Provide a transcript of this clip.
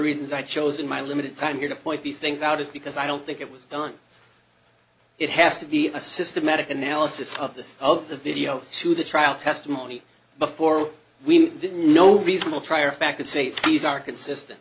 reasons i chose in my limited time here to point these things out is because i don't think it was done it has to be a systematic analysis of this of the video to the trial testimony before we didn't know reasonable trier of fact could say these are consistent